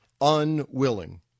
unwilling